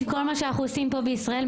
כל מה שאנחנו עושים פה בישראל,